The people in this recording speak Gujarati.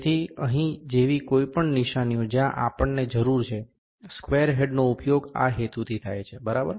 તેથી અહીં જેવી કોઈપણ નિશાનીઓ જ્યાં આપણ ને જરૂર છે સ્ક્વેર હેડનો ઉપયોગ આ હેતુથી થાય છે બરાબર